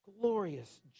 glorious